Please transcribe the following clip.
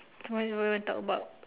what do you want talk about